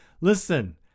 listen